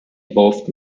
evolved